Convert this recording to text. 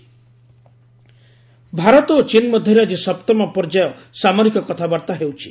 Indo ଚୀନ୍ talk Bharat ଓ ଚୀନ୍ ମଧ୍ୟରେ ଆଜି ସପ୍ତମ ପର୍ଯ୍ୟାୟ ସାମରିକ କଥାବାର୍ତ୍ତା ହେଉଛି